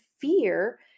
fear